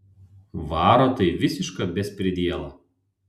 varo tai visišką bespridielą